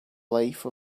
life